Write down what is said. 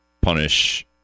punish